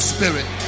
Spirit